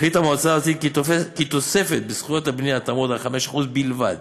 החליטה המועצה הארצית כי התוספת בזכויות הבנייה תעמוד על 5% בלבד